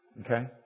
Okay